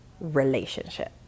relationship